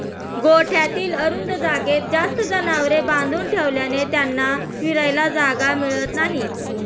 गोठ्यातील अरुंद जागेत जास्त जनावरे बांधून ठेवल्याने त्यांना फिरायला जागा मिळत नाही